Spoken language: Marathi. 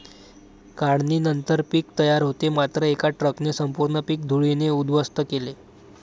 काढणीनंतर पीक तयार होते मात्र एका ट्रकने संपूर्ण पीक धुळीने उद्ध्वस्त केले